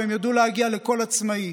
ושהם ידעו להגיע לכל עצמאי.